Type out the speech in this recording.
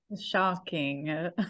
Shocking